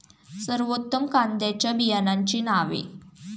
सर्वोत्तम कांद्यांच्या बियाण्यांची नावे?